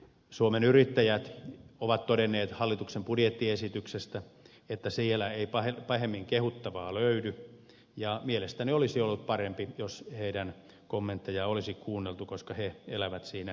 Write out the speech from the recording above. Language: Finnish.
suomen yrittäjät on todennut hallituksen budjettiesityksestä että sieltä ei pahemmin kehuttavaa löydy ja mielestäni olisi ollut parempi jos heidän kommenttejaan olisi kuunneltu koska he elävät siinä arjessa